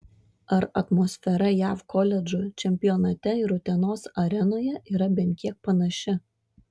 ar atmosfera jav koledžų čempionate ir utenos arenoje yra bent kiek panaši